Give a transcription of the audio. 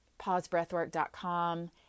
pausebreathwork.com